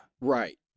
Right